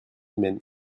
humaines